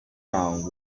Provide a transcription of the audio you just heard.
round